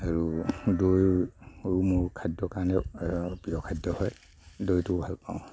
আৰু দৈ আৰু মোৰ খাদ্য কাৰণেও প্ৰিয় খাদ্য হয় দৈটো ভালপাওঁ